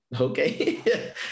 Okay